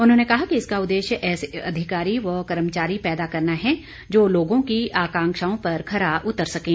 उन्होंने कहा कि इसका उदेश्य ऐसे अधिकारी व कर्मचारी पैदा करना है जो लोगों की आकांक्षाओं पर खरा उतर सकें